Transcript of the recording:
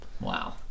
Wow